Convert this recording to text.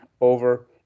over